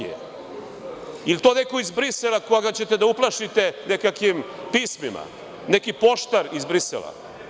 Je li to neko iz Brisela koga ćete da uplašite nekakvim pismima, neki poštar iz Brisela?